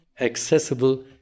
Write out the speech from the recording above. accessible